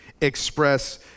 express